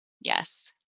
Yes